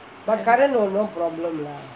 but current all no problem lah